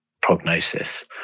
prognosis